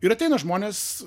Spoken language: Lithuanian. ir ateina žmonės